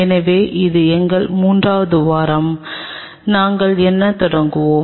எனவே இது எங்கள் மூன்றாவது வாரம் நாங்கள் என்ன தொடங்குவோம்